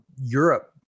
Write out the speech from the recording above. Europe